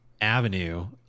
avenue